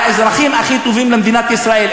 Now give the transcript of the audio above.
על האזרחים הכי טובים למדינת ישראל.